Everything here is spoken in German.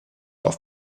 auf